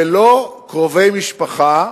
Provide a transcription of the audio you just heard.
ולא קרובי משפחה.